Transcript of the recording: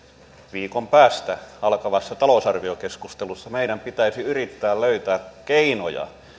viikon päästä alkavassa talousarviokeskustelussa meidän pitäisi yrittää löytää keinoja